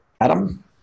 Adam